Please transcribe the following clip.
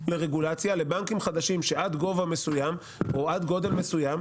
לרגולציה לבנקים חדשים שעד גובה מסוים או עד גודל מסוים,